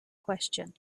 question